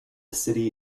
city